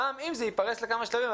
גם אם זה יתפרס לכמה שלבים,